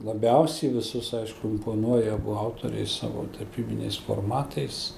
labiausiai visus aišku imponuoja abu autoriai savo tapybiniais formatais